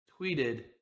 tweeted